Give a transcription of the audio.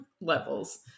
levels